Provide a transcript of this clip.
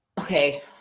Okay